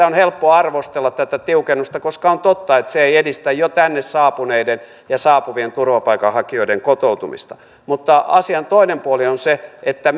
on helppo arvostella koska on totta että se ei edistä jo tänne saapuneiden ja saapuvien turvapaikanhakijoiden kotoutumista mutta asian toinen puoli on se että